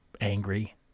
angry